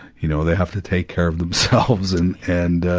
you know, they have to take care of themselves and, and ah,